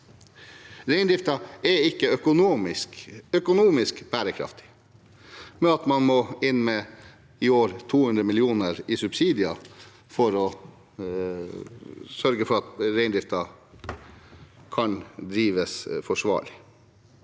Reindriften er heller ikke økonomisk bærekraftig. I år må man inn med 200 mill. kr i subsidier for å sørge for at reindriften kan drives forsvarlig.